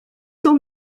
cent